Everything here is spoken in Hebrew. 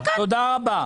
תודה רבה.